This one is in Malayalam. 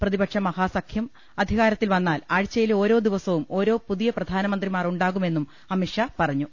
പ്രതിപക്ഷ മഹാസഖ്യം അധികാരത്തിൽ വന്നാൽ ആഴ്ചയിലെ ഓരോ ദിവസവും ഓരോ പുതിയ പ്രധാനമന്ത്രി മാർ ഉണ്ടാകുമെന്നും അമിത്ഷാ പറഞ്ഞു